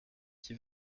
qui